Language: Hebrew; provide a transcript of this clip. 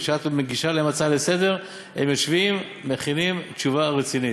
וכשאת מגישה להם הצעה לסדר-היום הם יושבים ומכינים תשובה רצינית.